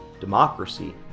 Democracy